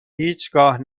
هیچگاه